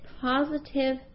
positive